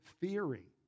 theory